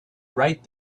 right